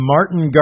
Martin